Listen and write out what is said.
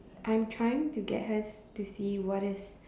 I'm trying to get her to see what is